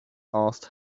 asked